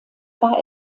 war